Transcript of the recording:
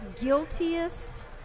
guiltiest